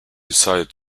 decided